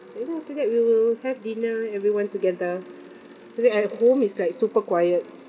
and then after that we will have dinner everyone together because at home is like super quiet